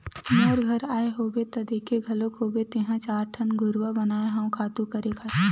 मोर घर आए होबे त देखे घलोक होबे तेंहा चार ठन घुरूवा बनाए हव खातू करे खातिर